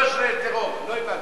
לא הבנתי.